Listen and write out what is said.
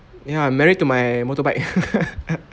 you know I'm married to my motorbike